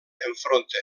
enfronta